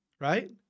Right